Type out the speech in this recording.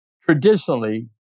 traditionally